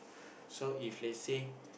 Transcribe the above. so if let's say